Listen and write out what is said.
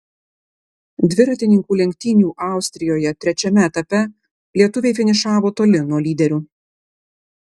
dviratininkų lenktynių austrijoje trečiame etape lietuviai finišavo toli nuo lyderių